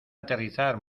aterrizar